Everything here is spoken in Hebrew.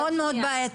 זה מאוד מאוד בעייתי.